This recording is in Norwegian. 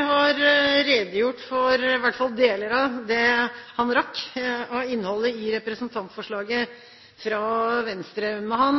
har redegjort for deler av – i hvert fall det han rakk – innholdet i representantforslaget fra Venstre. Men han